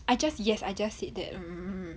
I just yes I just said that